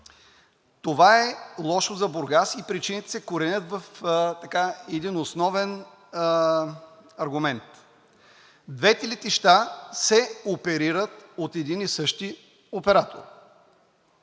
Това е лошо за Бургас и причините се коренят в един основен аргумент. Двете летища се оперират от един и същи оператор.